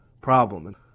problem